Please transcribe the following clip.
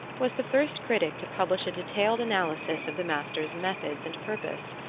was the first critic to publish a detailed analysis of the master's methods and purpose.